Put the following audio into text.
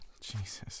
Jesus